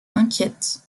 inquiète